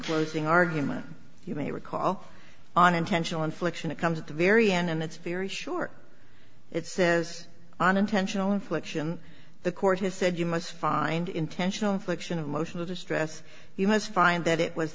closing argument you may recall on intentional infliction it comes at the very end and it's very short it says on intentional infliction the court has said you must find intentional infliction of emotional distress you must find that it was